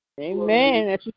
Amen